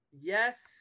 yes